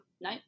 no